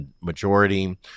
majority